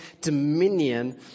dominion